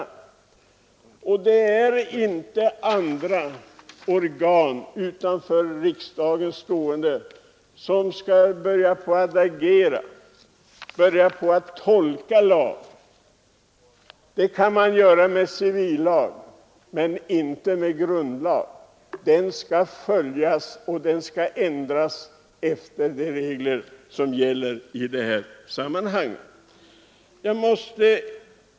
Det är inte andra organ som skall agera. Tolkningar kan man göra i fråga om civillag men inte när det gäller grundlag. Den skall följas, och den skall ändras efter de regler som gäller i sammanhanget.